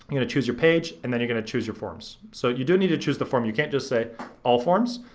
you know choose your page, and then you're gonna choose your forms. so you do need to choose the form. you can't just say all forms.